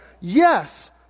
Yes